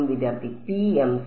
വിദ്യാർത്ഥി PMC